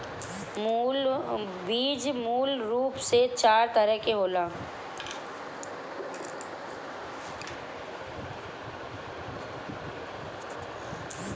बीज मूल रूप से चार तरह के होला